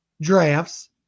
drafts